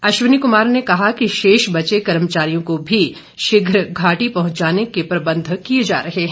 अश्विनी कुमार ने कहा कि शेष बचे कर्मचारियों को भी शीघ्र घाटी पहुंचाने के प्रबंध किए जा रहे हैं